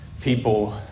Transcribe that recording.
people